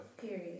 Period